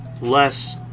less